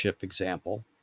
example